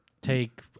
take